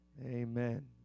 Amen